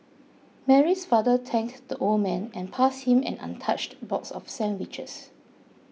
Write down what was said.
Mary's father thanked the old man and passed him an untouched box of sandwiches